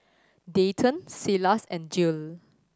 Dayton Silas and Jill